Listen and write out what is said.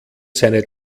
seine